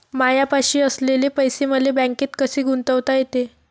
मायापाशी असलेले पैसे मले बँकेत कसे गुंतोता येते?